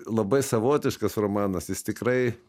labai savotiškas romanas jis tikrai